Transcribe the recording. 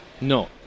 No